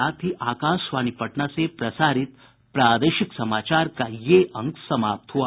इसके साथ ही आकाशवाणी पटना से प्रसारित प्रादेशिक समाचार का ये अंक समाप्त हुआ